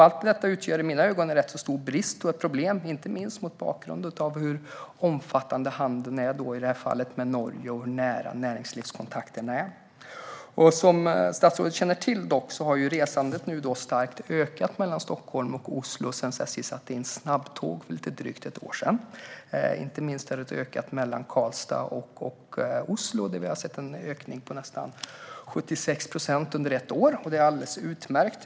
Allt detta utgör i mina ögon en rätt stor brist och ett problem, inte minst mot bakgrund av hur omfattande handeln är med Norge, i det här fallet, och hur nära näringslivskontakterna är. Som statsrådet känner till har resandet mellan Stockholm och Oslo ökat starkt sedan SJ satte in snabbtåg för lite drygt ett år sedan. Inte minst har resandet ökat mellan Karlstad och Oslo, där vi har sett en ökning med nästan 76 procent under ett år. Det är alldeles utmärkt.